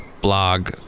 blog